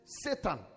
Satan